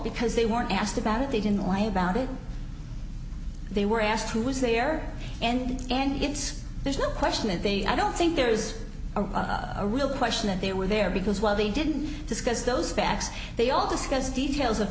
because they weren't asked about it they didn't lie about it they were asked who was there and and it's there's no question that they i don't think there is a real question that they were there because while they didn't discuss those facts they all discussed details of